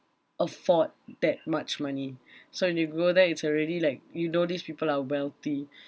afford that much money so if you go there it's already like you know these people are wealthy